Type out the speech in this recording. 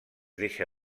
deixa